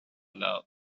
love